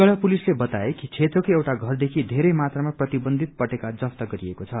मतिगढ़ा पुलिसले बताए कि क्षेत्रको एउटा घरदेखि बेरै मात्रामा प्रतिबन्धित पटेखा जफ्त गरिएको छ